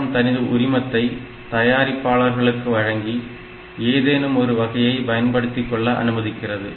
ARM தனது உரிமத்தை தயாரிப்பாளர்களுக்கு வழங்கி ஏதேனும் ஒரு வகையை பயன்படுத்திக்கொள்ள அனுமதிக்கிறது